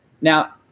Now